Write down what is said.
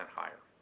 higher